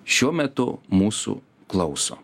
šiuo metu mūsų klauso